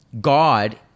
God